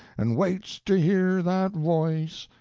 and waits to hear that voice.